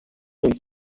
und